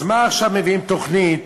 אז מה עכשיו מביאים תוכנית?